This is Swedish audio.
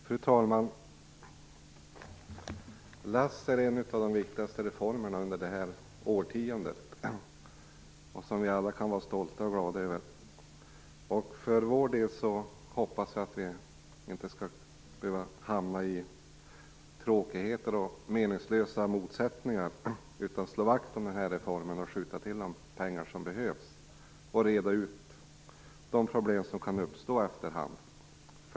Fru talman! LAS är en av de viktigaste reformerna under det här årtiondet, något som vi alla kan vara stolta och glada över. Jag hoppas att vi inte skall behöva hamna i tråkigheter och meningslösa motsättningar, utan att vi skall slå vakt om den här reformen, skjuta till de pengar som behövs och reda ut de problem som kan uppstå efterhand.